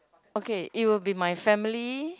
okay it will be my family